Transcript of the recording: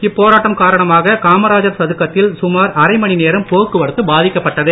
இப்போராட்டம் காரணமாக காமராஜர் சதுக்கத்தில் சுமார் அரைமணி நேரம் போக்குவரத்து பாதிக்கப்பட்டது